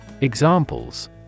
Examples